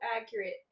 accurate